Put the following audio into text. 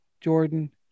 Jordan